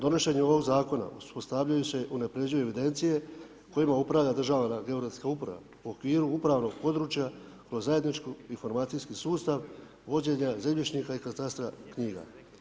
Donošenjem ovog zakona uspostavljaju se, unapređuju evidencije kojima upravlja Državna geodetska uprava u okviru upravnog područja kroz zajednički informacijski sustav vođenja zemljišnika i katastra knjiga.